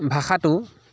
ভাষাটো